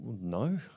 no